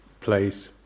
place